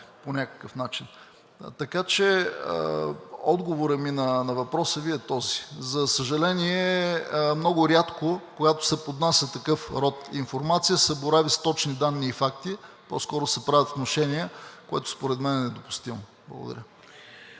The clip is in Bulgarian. по някакъв начин. Отговорът ми на въпроса Ви е този. За съжаление, много рядко, когато се поднася такъв род информация, се борави с точни данни и факти, по-скоро се правят внушения, което според мен е недопустимо. По